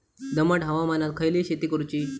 दमट हवामानात खयली शेती करूची?